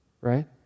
Right